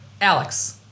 Alex